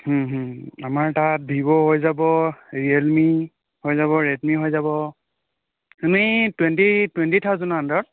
আমাৰ তাত ভিভ' হৈ যাব ৰিয়েলমি হৈ যাব ৰেডমি হৈ যাব এনে টুৱেণ্টি টুৱেণ্টি থাউজেনৰ আণ্ডাৰত